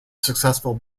successful